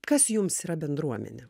kas jums yra bendruomenė